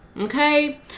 Okay